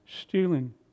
stealing